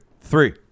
three